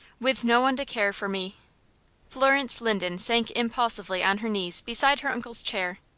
with no one to care for me florence linden sank impulsively on her knees beside her uncle's chair.